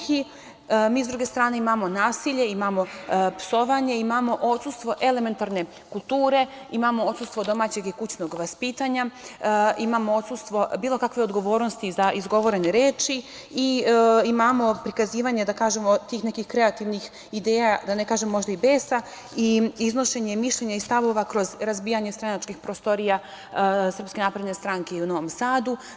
Sa druge strane, mi imamo nasilje, imamo psovanje, imamo odsustvo elementarne kulture, imamo odsustvo domaćeg i kućnog vaspitanja, imamo odsustvo bilo kakve odgovornosti za izgovorene reči i imamo prikazivanje tih nekih kreativnih ideja, da ne kažem možda i besa, i iznošenje mišljenja i stavova kroz razbijanje stranačkih prostorija SNS i u Novom Sadu.